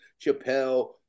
Chappelle